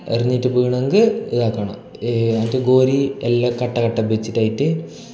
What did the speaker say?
എറിഞ്ഞിട്ട് വേണമെങ്കിൽ ഇതാക്കണം എന്നിട്ട് ഗോരി എല്ലാ കട്ട കട്ട ബെച്ചിട്ടായിട്ട്